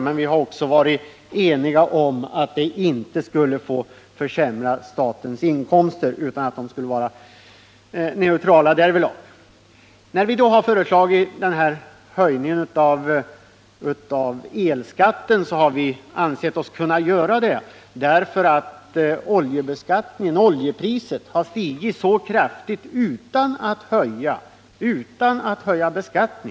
Men vi har också varit eniga om att dessa inte skulle få försämra statens inkomster, utan att de skulle vara neutrala därvidlag. Vi har ansett oss kunna föreslå en höjning av elskatten mot bakgrunden av att priset på olja har stigit så kraftigt utan att skatten på olja har höjts.